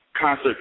concert